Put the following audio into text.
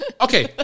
Okay